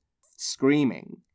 screaming